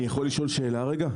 אני יכול לשאול שאלה רגע?